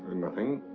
and nothing.